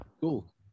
cool